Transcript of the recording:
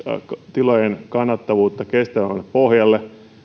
tilojen kannattavuutta kestävämmälle pohjalle